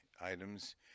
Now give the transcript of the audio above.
items